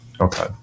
Okay